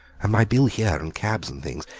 and my bill here and cabs and things.